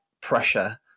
pressure